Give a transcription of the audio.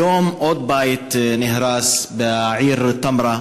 היום עוד בית נהרס בעיר תמרה,